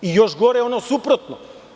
I još gore ono suprotno.